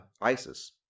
ISIS